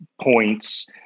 points